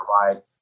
provide